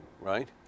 right